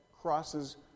crosses